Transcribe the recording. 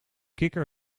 kikker